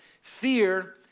Fear